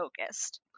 focused